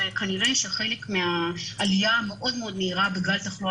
וכנראה שחלק מהעלייה המאוד מאוד מהירה בגל התחלואה